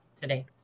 today